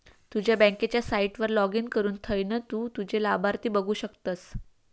तुझ्या बँकेच्या साईटवर लाॅगिन करुन थयना तु तुझे लाभार्थी बघु शकतस